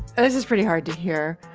and this is pretty hard to hear.